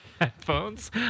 headphones